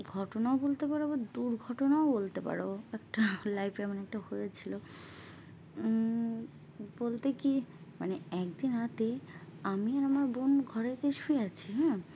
ঘটনাও বলতে পারো বা দুর্ঘটনাও বলতে পারো একটা লাইফে মানে একটা হয়েছিল বলতে কী মানে একদিন রাতে আমি আর আমার বোন ঘরে গিয়ে শুয়ে আছি হ্যাঁ